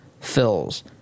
fills